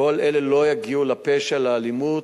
כל אלה לא יגיעו לפשע, לאלימות.